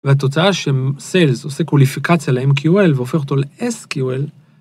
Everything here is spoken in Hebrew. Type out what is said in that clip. והתוצאה שסיילס עושה קוליפיקציה ל-mql והופך אותו ל-sql